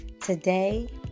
Today